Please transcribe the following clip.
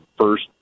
first